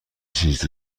چیزی